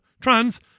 Trans